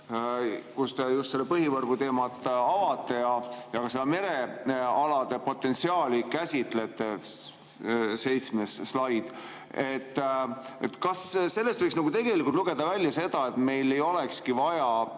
te just seda põhivõrguteemat avate ja ka merealade potentsiaali käsitlete – seitsmes slaid. Kas sellest võiks tegelikult välja lugeda seda, et meil ei olekski vaja